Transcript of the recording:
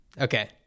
Okay